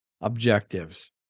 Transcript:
objectives